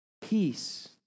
Peace